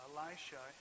Elisha